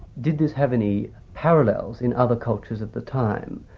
did this have any parallels in other cultures at the time?